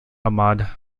ahmad